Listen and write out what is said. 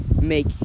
make